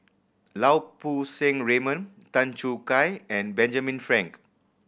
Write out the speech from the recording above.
Lau Poo Seng Raymond Tan Choo Kai and Benjamin Frank